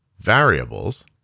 variables